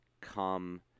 come –